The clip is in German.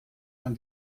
man